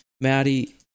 Maddie